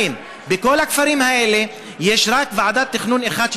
2. בכל הכפרים האלה יש רק ועדת תכנון אחת,